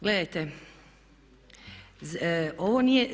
Gledajte, ovo nije.